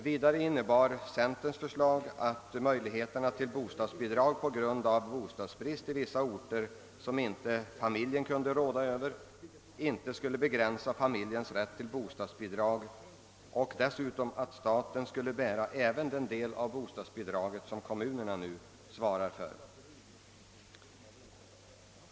Vidare innebar centerns förslag att möjligheterna till bostadsbidrag på grund av bostadsbrist på vissa orter, vilken familjen inte kunde rå för, inte skulle begränsa familjens rätt härvidlag, och dessutom att staten skulle bära även den del av bostadsbidraget som kommunerna nu svarar för.